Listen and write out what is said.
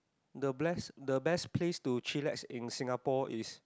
the bless the best place to chillax in Singapore is